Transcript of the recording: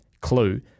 clue